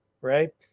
right